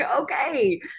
okay